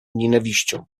nienawiścią